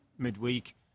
Midweek